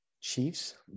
Chiefs